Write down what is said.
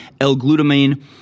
L-glutamine